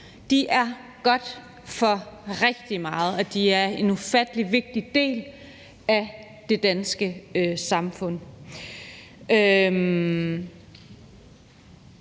De er gode for rigtig meget, og de er en ufattelig vigtig del af det danske samfund.